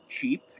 cheap